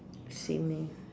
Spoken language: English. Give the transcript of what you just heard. same eh